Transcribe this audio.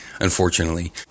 Unfortunately